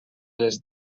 les